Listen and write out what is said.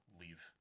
leave